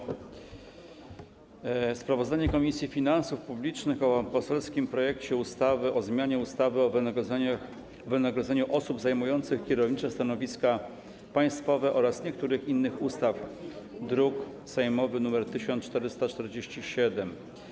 Przedstawiam sprawozdanie Komisji Finansów Publicznych o poselskim projekcie ustawy o zmianie ustawy o wynagrodzeniu osób zajmujących kierownicze stanowiska państwowe oraz niektórych innych ustaw, druk sejmowy nr 1447.